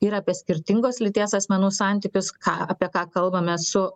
ir apie skirtingos lyties asmenų santykius ką apie ką kalbame su